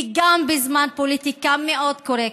כי גם בזמן פוליטיקה מאוד קורקטית,